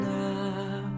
now